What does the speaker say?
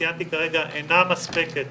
שציינתי כרגע אינה מספקת